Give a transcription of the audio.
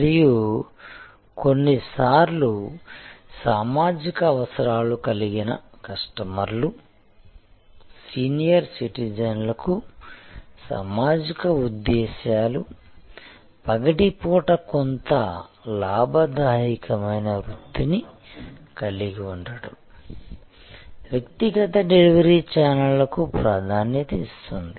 మరియు కొన్నిసార్లు సామాజిక అవసరాలు కలిగిన కస్టమర్లు సీనియర్ సిటిజన్ల కు సామాజిక ఉద్దేశ్యాలు పగటిపూట కొంత లాభదాయకమైన వృత్తిని కలిగి ఉండటం వ్యక్తిగత డెలివరీ ఛానెల్లకు ప్రాధాన్యతనిస్తుంది